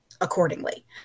accordingly